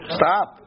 stop